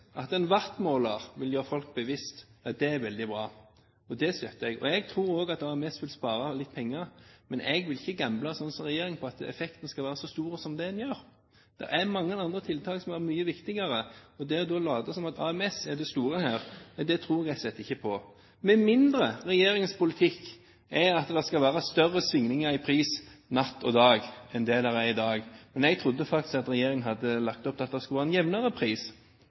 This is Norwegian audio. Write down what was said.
At en wattmåler vil gjøre folk bevisste, er veldig bra. Det støtter jeg, og jeg tror også det er flere som vil spare litt penger. Men jeg vil ikke gamble sånn som regjeringen på at effekten skal være så stor som de tror. Det er mange andre tiltak som er mye viktigere. Og det å late som om AMS er det store her, tror jeg rett og slett ikke på – med mindre regjeringens politikk er at det skal være større svingninger i pris natt og dag enn det det er i dag. Men jeg trodde faktisk at regjeringen hadde lagt opp til at det skulle være en jevnere pris,